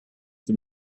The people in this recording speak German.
dem